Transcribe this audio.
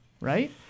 right